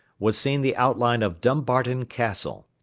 was seen the outline of dumbarton castle,